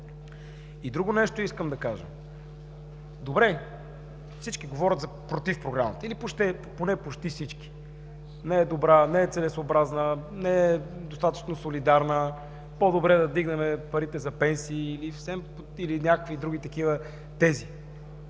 Друго нещо искам да кажа – добре, всички говорят против Програмата или поне почти всички – не е добра, не е целесъобразна, не е достатъчно солидарна, по-добре да вдигнем парите за пенсии или някакви други такива тези.